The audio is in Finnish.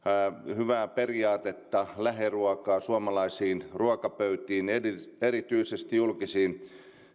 hyvää periaatetta lähiruokaa suomalaisiin ruokapöytiin ja erityisesti julkisiin